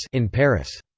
in paris.